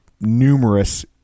numerous